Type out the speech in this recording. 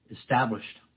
established